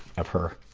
of her.